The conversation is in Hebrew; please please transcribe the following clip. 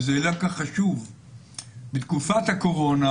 בתקופת הקורונה